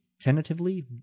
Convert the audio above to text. tentatively